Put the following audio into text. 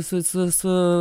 su su su